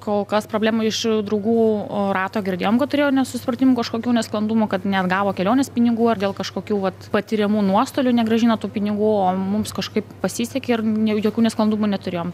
kol kas problema iš draugų rato girdėjom kad turėjo nesusipratimų kažkokių nesklandumų kad neatgavo kelionės pinigų ar dėl kažkokių vat patiriamų nuostolių negrąžino tų pinigų o mums kažkaip pasisekė ir jokių nesklandumų neturėjom